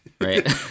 Right